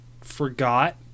forgot